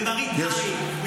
למראית עין.